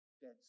Dead